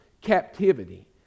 captivity